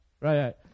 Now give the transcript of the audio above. Right